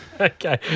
Okay